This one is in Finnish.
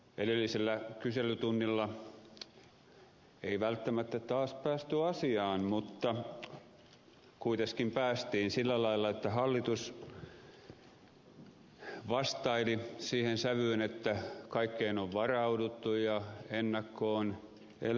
edellisellä kyselytunnilla ei välttämättä taas päästy asiaan mutta kuitenkin päästiin sillä lailla että hallitus vastaili siihen sävyyn että kaikkeen on varauduttu ja ennakkoon elvytetty jnp